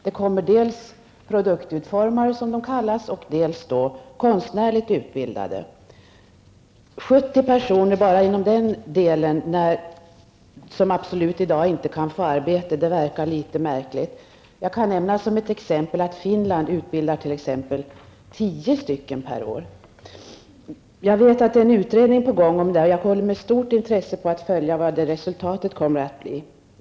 Det utbildas dels s.k. produktutformare, dels konstnärligt utbildade designer. Att utbilda 70 personer som absolut inte kan få jobb i dag verkar litet märkligt. Jag kan nämna som ett exempel att i Finland utbildas tio sådana personer varje år. Jag vet att en utredning är på gång. Jag ser med stort intresse fram emot vad resultatet blir.